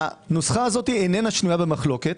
הנוסחה הזו אינה שנויה במחלוקת.